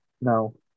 No